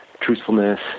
truthfulness